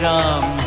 Ram